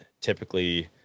typically